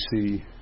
see